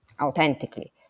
authentically